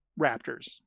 raptors